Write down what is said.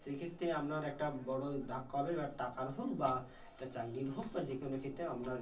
সেই ক্ষেত্রে আপনার একটা বড় ধাক্কা হবে বা টাকার হোক বা একটা চাকরির হোক বা যে কোনো ক্ষেত্রে আপনার